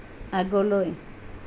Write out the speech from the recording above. আগলৈ